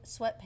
sweatpants